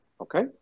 Okay